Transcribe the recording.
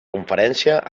conferència